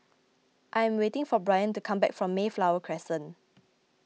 I am waiting for Bryant to come back from Mayflower Crescent